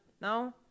No